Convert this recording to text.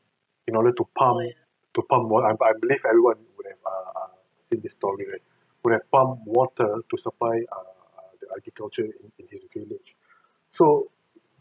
in order to pump to pump more I I believe everyone would have uh uh heard this story right would have pumped water to supply err the agriculture in his village so